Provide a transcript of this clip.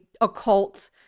occult